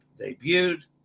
debuted